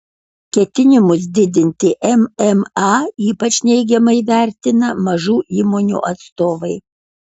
ketinimus didinti mma ypač neigiamai vertina mažų įmonių atstovai